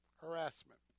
Harassment